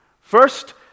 First